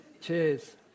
Cheers